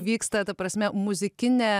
vyksta ta prasme muzikine